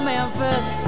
Memphis